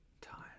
time